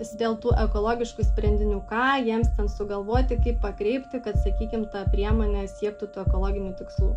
dėl tų ekologiškų sprendinių ką jiems ten sugalvoti kaip pakreipti kad sakykim tą priemonę siektų to ekologinių tikslų